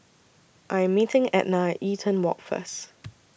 I Am meeting Ednah At Eaton Walk First